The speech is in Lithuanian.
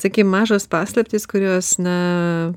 sakei mažos paslaptys kurios na